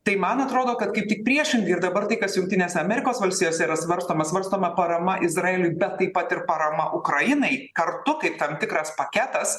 tai man atrodo kad kaip tik priešingai ir dabar tai kas jungtinėse amerikos valstijose yra svarstoma svarstoma parama izraeliui bet taip pat ir parama ukrainai kartu kaip tam tikras paketas